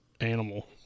animal